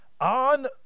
on